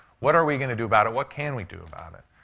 what are we going to do about it? what can we do about it?